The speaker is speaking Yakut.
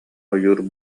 ойуун